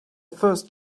first